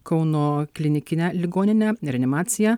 kauno klinikinę ligoninę reanimacija